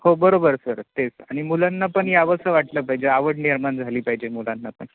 हो बरोबर सर तेच आणि मुलांना पण यावंसं वाटलं पाहिजे आवड निर्माण झाली पाहिजे मुलांना पण